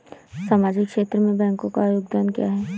सामाजिक क्षेत्र में बैंकों का योगदान क्या है?